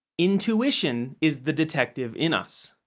intuition is the detective in us.